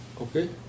Okay